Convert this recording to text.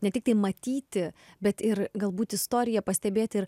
ne tiktai matyti bet ir galbūt istoriją pastebėt ir